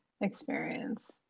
experience